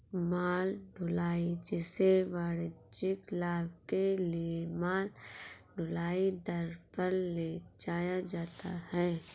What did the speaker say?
माल ढुलाई, जिसे वाणिज्यिक लाभ के लिए माल ढुलाई दर पर ले जाया जाता है